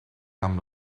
amb